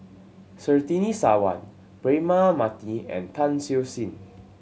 Surtini Sarwan Braema Mathi and Tan Siew Sin